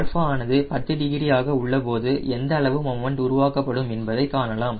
α ஆனது 10 டிகிரி ஆக உள்ள போது எந்த அளவு மொமன்ட் உருவாக்கப்படும் என்பதை காணலாம்